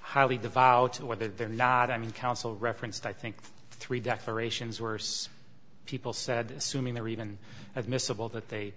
highly devoutly whether they're not i mean council referenced i think three declarations worse people said assuming they're even admissible that they